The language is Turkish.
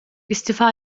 istifa